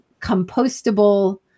compostable